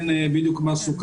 נכון.